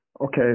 Okay